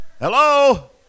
Hello